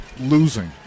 losing